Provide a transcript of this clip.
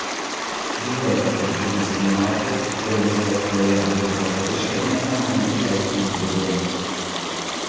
vis dėlto kaip žygis ir numatė televizijos fojė budinti moteriškė nė nemanė įleisti jų vidun